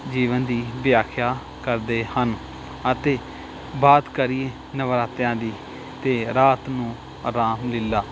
ਜੀਵਨ ਦੀ ਵਿਆਖਿਆ ਕਰਦੇ ਹਨ ਅਤੇ ਬਾਤ ਕਰੀਏ ਨਰਾਤਿਆਂ ਦੀ ਅਤੇ ਰਾਤ ਨੂੰ ਰਾਮ ਲੀਲ੍ਹਾ